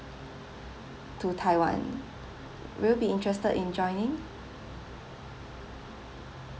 to taiwan will you be interested in joining